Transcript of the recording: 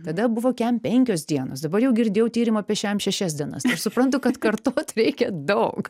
tada buvo kem penkios dienos dabar jau girdėjau tyrimą apie šem šešias dienas aš suprantu kad kartot reikia daug